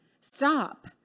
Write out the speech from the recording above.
stop